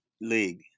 League